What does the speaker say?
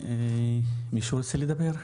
עוד מישהו רצה לדבר?